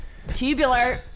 tubular